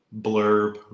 blurb